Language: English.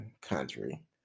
country